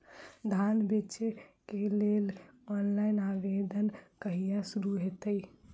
धान बेचै केँ लेल ऑनलाइन आवेदन कहिया शुरू हेतइ?